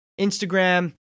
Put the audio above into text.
Instagram